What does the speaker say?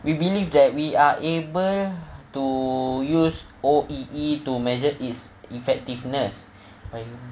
we believe that we are able to use O_E_E to measure its effectiveness